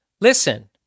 Listen